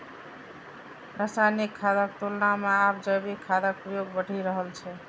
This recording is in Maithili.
रासायनिक खादक तुलना मे आब जैविक खादक प्रयोग बढ़ि रहल छै